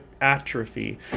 atrophy